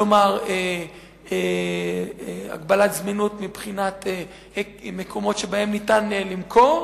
כלומר הגבלת זמינות מבחינת מקומות שבהם ניתן למכור.